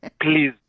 Please